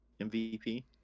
MVP